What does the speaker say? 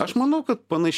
aš manau kad panašiai